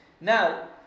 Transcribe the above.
Now